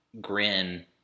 Grin